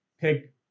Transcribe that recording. pick